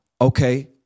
Okay